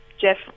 Jeff